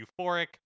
euphoric